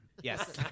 Yes